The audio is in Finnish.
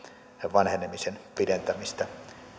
vanhenemisen pidentämistä